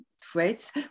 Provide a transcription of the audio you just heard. traits